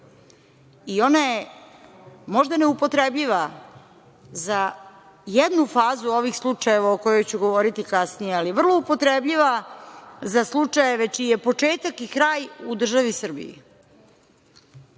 i ona je možda neupotrebljiva za jednu fazu ovih slučajeva o kojoj ću govoriti kasnije, ali je vrlo upotrebljiva za slučajeve čiji je početak i kraj u državi Srbiji. Mislim